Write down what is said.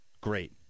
great